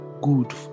good